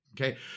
Okay